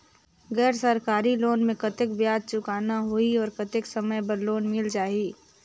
गैर सरकारी लोन मे कतेक ब्याज चुकाना होही और कतेक समय बर लोन मिल जाहि?